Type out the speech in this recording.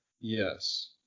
Yes